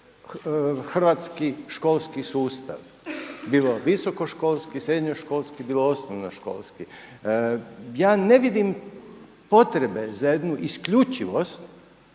hrvatski školski sustav, bilo visokoškolski, srednjoškolski, bilo osnovnoškolski. Ja ne vidim potrebe za jednu isključivost